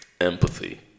empathy